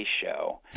show